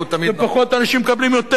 ופחות אנשים מקבלים יותר.